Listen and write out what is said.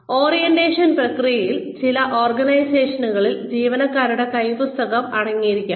orientation പ്രക്രിയയിൽ ചില ഓർഗനൈസേഷനുകളിൽ ജീവനക്കാരുടെ കൈപ്പുസ്തകം അടങ്ങിയിരിക്കാം